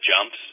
jumps